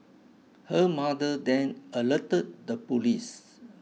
her mother then alerted the police